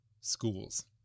schools